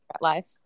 life